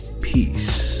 Peace